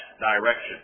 direction